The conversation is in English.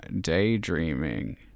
daydreaming